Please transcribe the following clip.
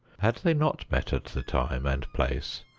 had they not met at the time and place,